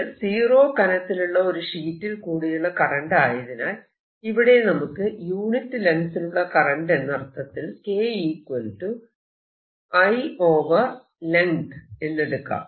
ഇത് സീറോ കനത്തിലുള്ള ഒരു ഷീറ്റിൽ കൂടിയുള്ള കറന്റ് ആയതിനാൽ ഇവിടെ നമുക്ക് യൂണിറ്റ് ലെങ്ങ്തിലുള്ള കറന്റ് എന്നർത്ഥത്തിൽ എന്നെടുക്കാം